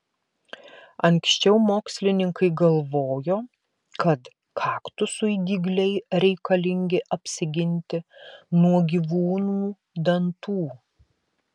anksčiau mokslininkai galvojo kad kaktusui dygliai reikalingi apsiginti nuo gyvūnų dantų